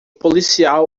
policial